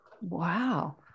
Wow